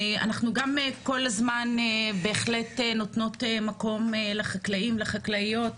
שאנחנו בהחלט כל הזמן נותנות מקום לחקלאים ולחקלאיות,